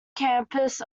campus